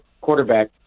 quarterback